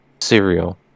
cereal